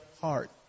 heart